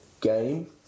game